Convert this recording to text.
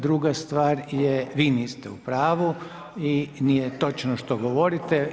Druga stvar je vi niste u pravu i nije točno što govorite.